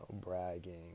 bragging